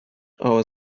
our